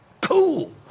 cool